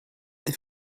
they